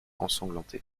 ensanglantés